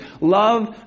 love